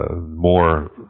more